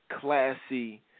classy